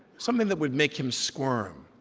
something that would make him squirm,